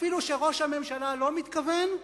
אפילו שראש הממשלה לא מתכוון,